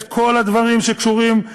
את כל הדברים שקשורים,